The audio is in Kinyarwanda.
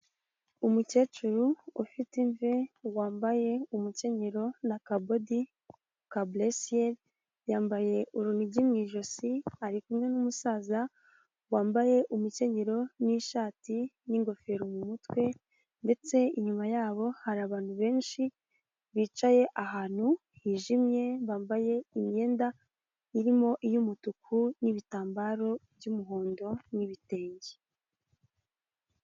Umukecuru ufite imvi wambaye umukenyero n'kabodi ka bure siyeri, yambaye urunigi mu ijosi, ari kumwe' numusaza wambaye umukenyero n'ishati n'ingofero mu mutwe, ndetse inyuma yabo hari abantu benshi bicaye ahantu hijimye bambaye imyenda irimo iy'umutuku n'ibitambaro by'umuhondo n'ibitenge.